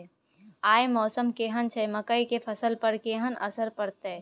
आय मौसम केहन छै मकई के फसल पर केहन असर परतै?